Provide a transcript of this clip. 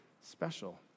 special